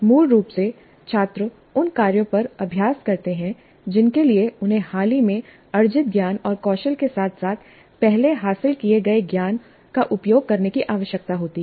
मूल रूप से छात्र उन कार्यों पर अभ्यास करते हैं जिनके लिए उन्हें हाल ही में अर्जित ज्ञान और कौशल के साथ साथ पहले हासिल किए गए ज्ञान का उपयोग करने की आवश्यकता होती है